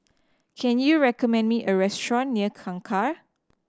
can you recommend me a restaurant near Kangkar